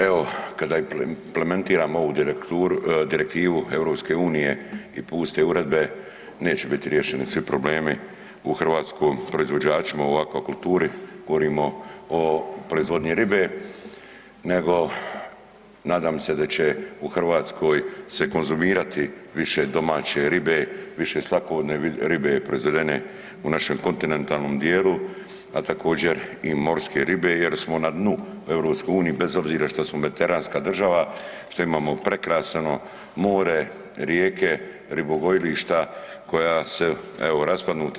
Evo kada implementiramo ovu direktivu EU i puste uredbe neće biti riješeni svi problemi hrvatskim proizvođačima u aquakulturi, govorimo o proizvodnji ribe nego nadam se da će u Hrvatskoj se konzumirati više domaće ribe, više slatkovodne ribe proizvedene u našem kontinentalnom dijelu a također i morske ribe jer smo na dnu EU bez obzira što smo mediteranska država, što imamo prekrasno more, rijeke, ribogojilišta koja su evo raspadnuta.